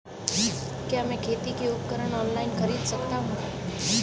क्या मैं खेती के उपकरण ऑनलाइन खरीद सकता हूँ?